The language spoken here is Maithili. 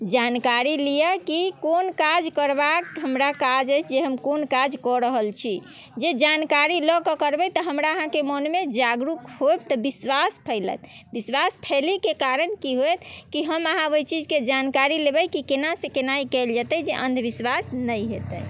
जानकारी लिअऽ की कोन काज करबाक हमरा काज अछि जे हम कोन काज कऽ रहल छी जे जानकारी लऽ कऽ करबै तऽ हमरा अहाँके मोनमे जागरूक होएब तऽ विश्वास फैलत विश्वास फैलैके कारण की हैत कि हम अहाँ ओहि चीजके जानकारी लेबै कि कोना से कोना ई कएल जेतै जे अन्धविश्वास नहि हेतै